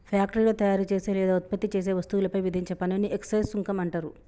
ఫ్యాక్టరీలో తయారుచేసే లేదా ఉత్పత్తి చేసే వస్తువులపై విధించే పన్నుని ఎక్సైజ్ సుంకం అంటరు